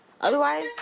Otherwise